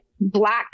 black